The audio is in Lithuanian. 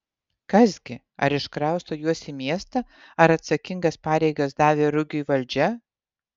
kas gi ar iškrausto juos į miestą ar atsakingas pareigas davė rugiui valdžia